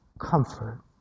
comfort